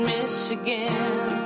Michigan